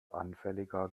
anfälliger